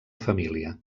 família